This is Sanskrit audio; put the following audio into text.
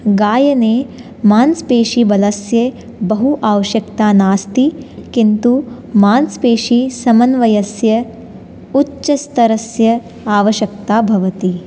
गायने मांस् पेशीबलस्य बहु आवश्यकता नास्ति किन्तु मांस् पेशी समन्वयस्य उच्चस्तरस्य आवश्यकता भवति